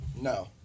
No